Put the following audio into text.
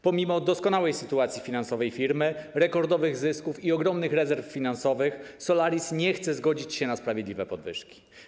Pomimo doskonałej sytuacji finansowej firmy, rekordowych zysków i ogromnych rezerw finansowych, Solaris nie chce zgodzić się na sprawiedliwe podwyżki.